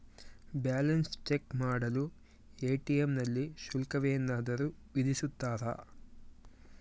Balance check ಮಾಡಲು ATM ನಲ್ಲಿ ಶುಲ್ಕವೇನಾದರೂ ವಿಧಿಸುತ್ತಾರಾ?